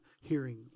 hearing